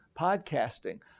Podcasting